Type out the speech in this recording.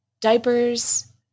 diapers